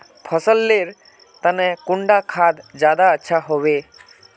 फसल लेर तने कुंडा खाद ज्यादा अच्छा हेवै?